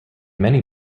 many